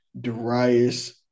Darius